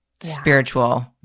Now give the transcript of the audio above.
spiritual